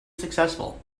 successful